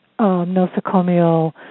nosocomial